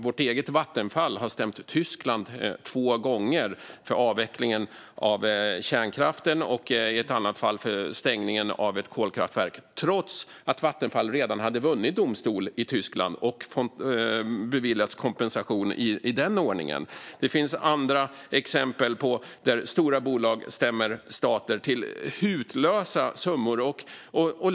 Vårt eget Vattenfall har stämt Tyskland två gånger, i det ena fallet för avvecklingen av kärnkraften och i det andra för stängningen av ett kolkraftverk, trots att Vattenfall redan hade vunnit i domstol i Tyskland och beviljats kompensation i den ordningen. Det finns andra exempel där stora bolag stämmer stater på hutlösa summor.